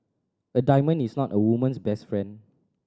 a diamond is not a woman's best friend